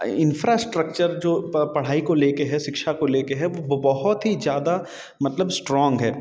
infrastructure जो पढ़ाई को ले के है शिक्षा को ले के है वो बहुत ही ज़्यादा मतलब स्ट्रॉंग है